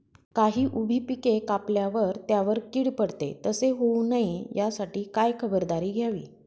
काही उभी पिके कापल्यावर त्यावर कीड पडते, तसे होऊ नये यासाठी काय खबरदारी घ्यावी?